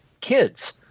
kids